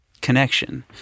connection